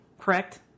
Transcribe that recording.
correct